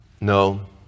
No